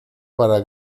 para